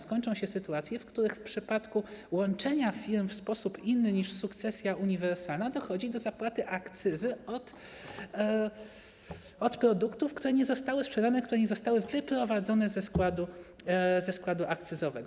Skończą się sytuacje, w których w przypadku łączenia firm w sposób inny niż sukcesja uniwersalna dochodzi do zapłaty akcyzy od produktów, które nie zostały sprzedane, nie zostały wyprowadzone ze składu akcyzowego.